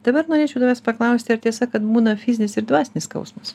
dabar norėčiau tavęs paklausti ar tiesa kad būna fizinis ir dvasinis skausmas